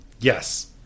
yes